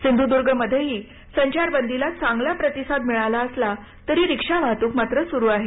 सिंधुदुर्गमध्येही संचारबंदीला चांगला प्रतिसाद मिळाला असला तरी रिक्षा वाहतूक मात्र सुरु आहे